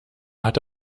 hatte